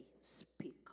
speak